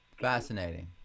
Fascinating